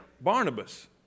Barnabas